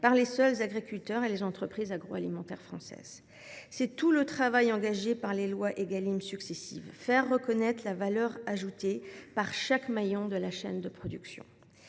par les seuls agriculteurs et entreprises agroalimentaires de notre pays. C’est tout le travail engagé à travers les lois Égalim successives : faire reconnaître la valeur ajoutée par chaque maillon de la chaîne de production.